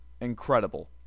incredible